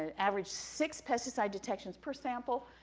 average six pesticide detections per sample,